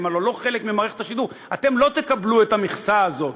כי הלוא הם לא חלק ממערכת השידור: אתם לא תקבלו את המכסה הזאת.